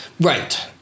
Right